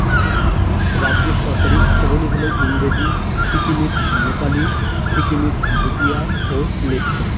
রাজ্যের সরকারি ভাষাগুলি হলো ইংরেজি সিকিমিজ নেপালি সিকিমিজ ভুটিয়া ও লেপচা